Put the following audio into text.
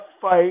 fight